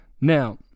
now